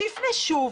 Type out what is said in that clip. שיפנה שוב.